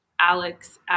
Alex